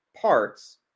parts